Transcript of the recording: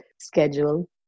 schedule